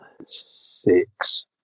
six